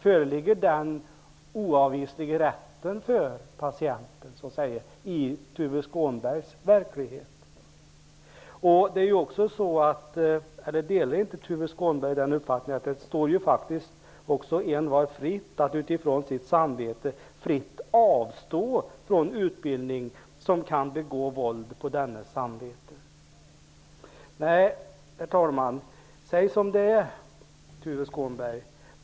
Föreligger den oavvisliga rätten för patienten i Tuve Skånbergs verklighet? Delar inte Tuve Skånberg uppfattningen att det står faktiskt envar fritt att utifrån sitt samvete avstå från en utbildning vars innehåll kan begå våld på dennes samvete? Herr talman! Nej, säg som det är Tuve Skånberg!